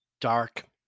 Dark